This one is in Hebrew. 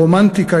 רומנטיקה,